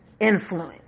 influence